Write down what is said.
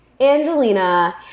Angelina